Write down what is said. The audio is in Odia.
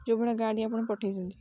ଯୋଉ ଭଳିଆ ଗାଡ଼ି ଆପଣ ପଠେଇଛନ୍ତି